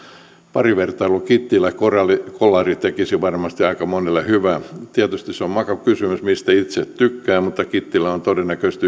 parivertailu kittilä kolari tekisi varmasti aika monelle hyvää tietysti se on makukysymys mistä itse tykkää mutta kittilä on todennäköisesti